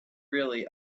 really